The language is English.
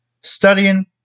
studying